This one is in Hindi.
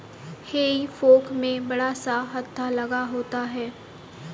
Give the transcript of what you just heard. हेई फोक में बड़ा सा हत्था लगा होता है